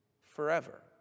Forever